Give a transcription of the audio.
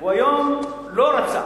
הוא היום, לא רצה.